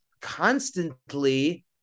constantly